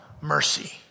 mercy